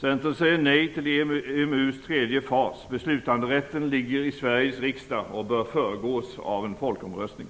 Centern säger nej till EMU:s tredje fas - beslutanderätten ligger i Sveriges riksdag och bör föregås av en folkomröstning.